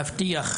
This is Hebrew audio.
להבטיח,